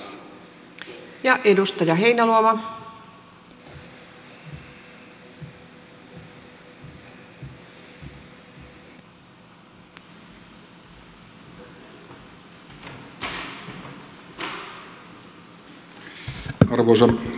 arvoisa puhemies